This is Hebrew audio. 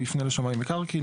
יפנה לשמאי מקרקעין,